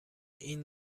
این